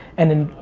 and then,